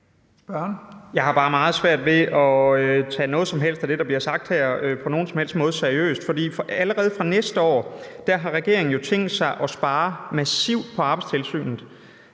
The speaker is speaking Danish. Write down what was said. Jeg har bare meget svært ved at tage noget som helst af det, der bliver sagt her, seriøst på nogen som helst måde. For allerede fra næste år har regeringen jo tænkt sig at spare massivt på Arbejdstilsynet.